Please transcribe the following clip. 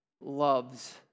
loves